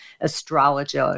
astrology